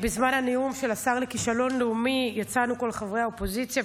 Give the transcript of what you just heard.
בזמן הנאום של השר לכישלון לאומי יצאנו כל חברי האופוזיציה,